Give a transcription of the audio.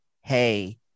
hey